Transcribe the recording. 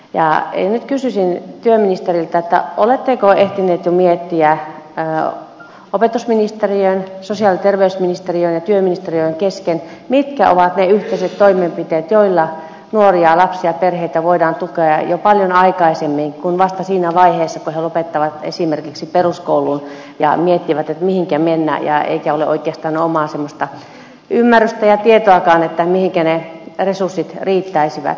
nyt kysyisin työministeriltä oletteko ehtineet jo miettiä opetusministeriön sosiaali ja terveysministeriön ja työministeriön kesken mitkä ovat ne yhteiset toimenpiteet joilla nuoria lapsia ja perheitä voidaan tukea jo paljon aikaisemmin kuin vasta siinä vaiheessa kun he lopettavat esimerkiksi peruskoulun ja miettivät mihinkä mennä eikä ole oikeastaan omaa semmoista ymmärrystä ja tietoakaan mihinkä ne resurssit riittäisivät